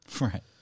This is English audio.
right